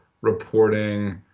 reporting